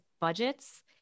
budgets